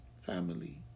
family